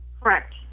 correct